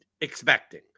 expecting